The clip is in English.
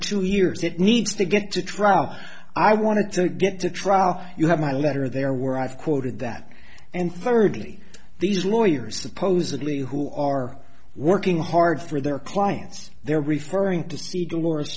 two years it needs to get to trial i want to get to trial you have my letter there were i've quoted that and thirty these lawyers supposedly who are working hard for their clients they're referring to